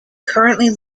currently